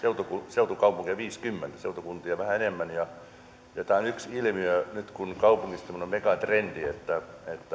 seutukaupunkeja viisikymmentä seutukuntia vähän enemmän ja tämä on yksi ilmiö nyt kun kaupungistuminen on megatrendi siis väen